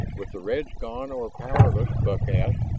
with the reds gone or powerless, buck asked,